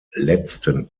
letzten